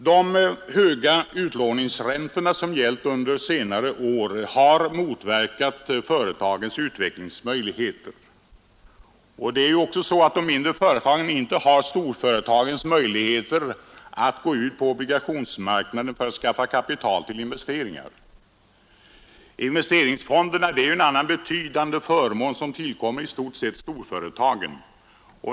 De höga utlåningsräntor som gällt under senare år har motverkat företagens utveckling. De mindre företagen har inte heller storföretagens möjligheter att gå ut på obligationsmarknaden för att skaffa kapital till investeringar. Investeringsfonderna är en annan betydande förmån som tillkommer i stort sett endast storföretagen.